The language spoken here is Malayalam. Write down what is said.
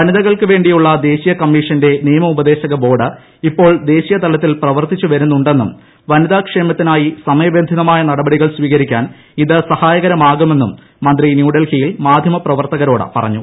വനിതകൾക്ക് വേണ്ടിയുള്ള ദേശീയ കമ്മീഷന്റെ നിയമ ഉപദേശക ബോർഡ് ഇപ്പോൾ ദേശീയ തലത്തിൽ പ്രവർത്തിച്ചു വരുന്നുണ്ടെന്നും വനിതാ ക്ഷേമത്തിനായി സമയബന്ധിതമായ നടപടികൾ സ്വീകരിക്കാൻ ഇത് സഹായകമാകുമെന്നും മന്ത്രി ന്യൂഡൽഹിയിൽ മാധ്യമപ്രവർത്തകരോട് പറഞ്ഞു